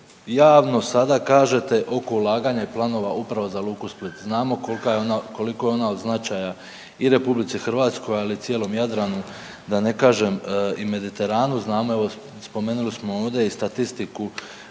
javno sada kažete oko ulaganja i planova upravo za luku Split. Znamo koliko je ona od značaja i RH, ali i cijelom Jadranu, da ne kažem i Mediteranu. Znamo evo spomenuli smo ovdje i statistiku